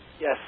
Yes